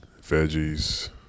Veggies